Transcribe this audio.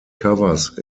covers